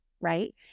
right